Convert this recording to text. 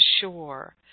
shore